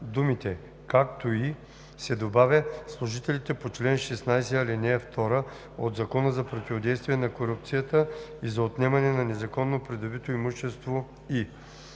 думите „както и“ се добавя „служителите по чл. 16, ал. 2 от Закона за противодействие на корупцията и за отнемане на незаконно придобитото имущество и“.“